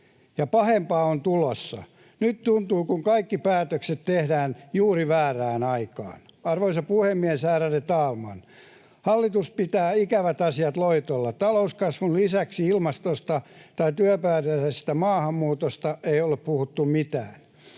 pahempaa on tulossa. Nyt tuntuu kuin kaikki päätökset tehtäisiin juuri väärään aikaan. Arvoisa puhemies, ärade talman! Hallitus pitää ikävät asiat loitolla. Talouskasvun lisäksi ilmastosta tai työperäisestä maahanmuutosta ei ole puhuttu mitään.